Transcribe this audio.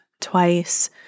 twice